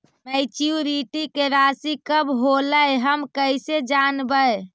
Maturity के रासि कब होलै हम कैसे जानबै?